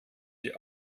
die